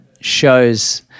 shows –